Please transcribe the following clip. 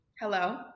hello